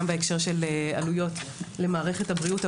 גם בהקשר של עלויות למערכת הבריאות,